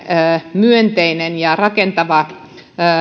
myönteinen ja rakentava